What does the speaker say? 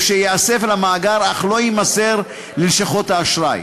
או שייאסף למאגר אך לא יימסר ללשכות האשראי.